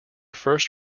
first